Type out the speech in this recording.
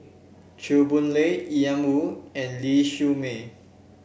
Chew Boon Lay Ian Woo and Ling Siew May